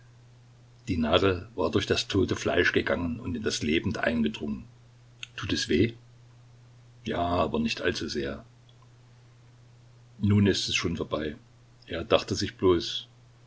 die nadel war durch das tote fleisch gegangen und in das lebende eingedrungen tut es weh ja aber nicht allzu sehr nun ist es schon vorbei er dachte sich bloß